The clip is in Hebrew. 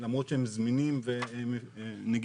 למרות שהם זמינים ונגישים.